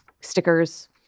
stickers